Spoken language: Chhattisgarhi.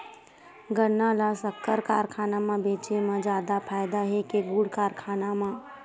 गन्ना ल शक्कर कारखाना म बेचे म जादा फ़ायदा हे के गुण कारखाना म?